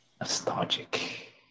Nostalgic